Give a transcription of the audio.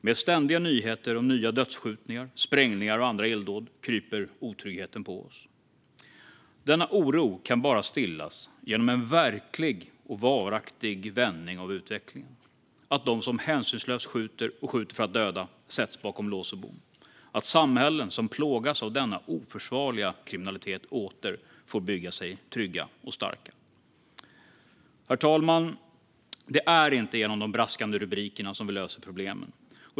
Med ständiga nyheter om nya dödsskjutningar, sprängningar och andra illdåd kryper otryggheten på oss. Denna oro kan bara stillas genom en verklig och varaktig vändning av utvecklingen: att de som hänsynslöst skjuter och skjuter för att döda sätts bakom lås och bom och att samhällen som plågas av denna oförsvarliga kriminalitet åter får bygga sig trygga och starka. Herr talman! Det är inte genom de braskande rubrikerna vi löser problemen.